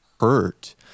hurt